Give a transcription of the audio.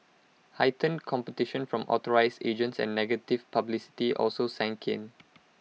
heightened competition from authorised agents and negative publicity also sank in